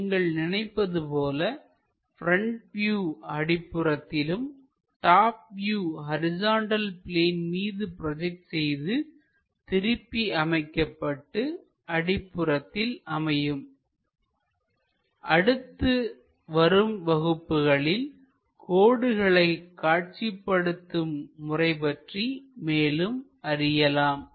நீங்கள் நினைப்பது போல ப்ரெண்ட் வியூ அடிப்புறத்திலும் டாப் வியூ ஹரிசாண்டல் பிளேன் மீது ப்ரோஜெக்ட் செய்து திருப்பி அமைக்கப்பட்டு அடிப்புறத்தில் அமையும்